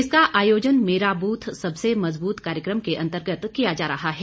इसका आयोजन मेरा बूथ सबसे मजबूत कार्यक्रम के अंतर्गत किया जा रहा है